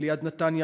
ליד נתניה.